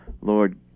Lord